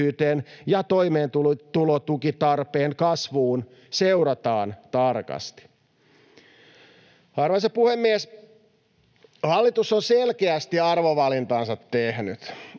ja toimeentulotulotukitarpeen kasvuun seurataan tarkasti. Arvoisa puhemies! Hallitus on selkeästi arvovalintaansa tehnyt.